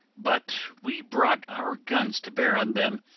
but we brought our guns to bear on them,